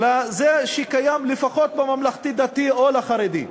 לזה שקיים לפחות בממלכתי-דתי או בחרדי.